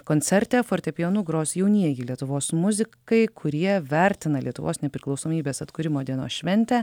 koncerte fortepijonu gros jaunieji lietuvos muzikai kurie vertina lietuvos nepriklausomybės atkūrimo dienos šventę